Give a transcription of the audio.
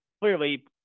clearly